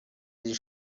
sich